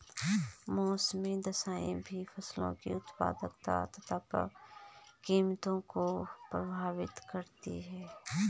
मौसमी दशाएं भी फसलों की उत्पादकता तथा कीमतों को प्रभावित करती है